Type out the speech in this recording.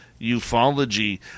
ufology